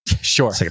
sure